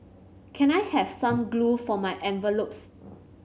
can I have some glue for my envelopes